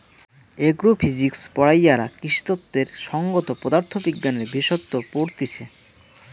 agro physics পড়াইয়ারা কৃষিতত্ত্বের সংগত পদার্থ বিজ্ঞানের বিশেষসত্ত পড়তিছে